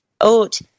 oat